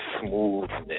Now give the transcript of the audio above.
smoothness